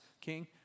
king